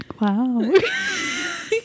Wow